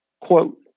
Quote